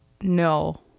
no